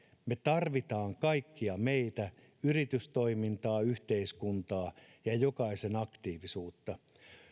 me tarvitsemme kaikkia meitä yritystoimintaa yhteiskuntaa ja ja jokaisen aktiivisuutta